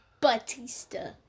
Batista